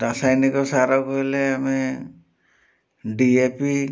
ରାସାୟନିକ ସାରକୁ ହେଲେ ଆମେ ଡିଏପି